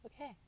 okay